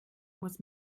muss